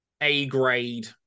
A-grade